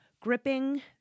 Gripping